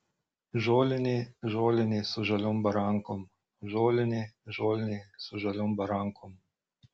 žolinė žolinė su žaliom barankom žolinė žolinė su žaliom barankom